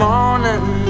morning